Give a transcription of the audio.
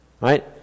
right